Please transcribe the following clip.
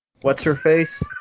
what's-her-face